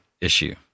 issue